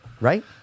Right